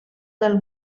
del